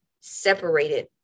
separated